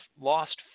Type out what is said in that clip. lost